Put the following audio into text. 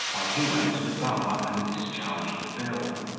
while he went to the bar, and discharged the bill.